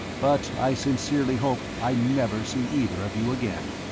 but i sincerely hope i never see either of you again.